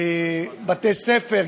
בתי-ספר,